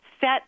set